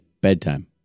bedtime